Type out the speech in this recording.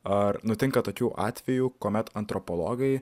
ar nutinka tokių atvejų kuomet antropologai